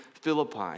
Philippi